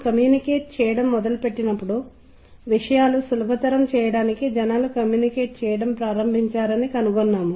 మనం సినిమా చూడటం కోసం అని అనుకోండి యాక్షన్ సినిమాలో మీరు డ్రమ్ బీట్లు త్వరితగతిన వేగవంతమవుతున్నట్లు కనుగొంటారు